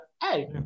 hey